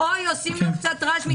אוי, עושים לו קצת רעש.